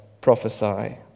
prophesy